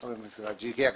חבר הכנסת חאג' יחיא,